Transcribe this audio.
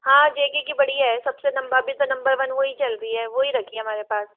हाँ J K की बढ़िया है सबसे अभी तो नंबर वन वह ही चल रही है वो ही रखी है हमारे पास